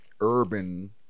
urban